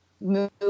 move